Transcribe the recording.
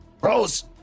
Rose